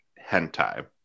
hentai